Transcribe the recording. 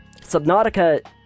Subnautica